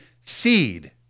seed